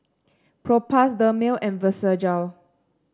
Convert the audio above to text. Propass Dermale and Vagisil